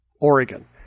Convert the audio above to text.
Oregon